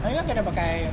dorang kena pakai